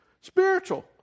Spiritual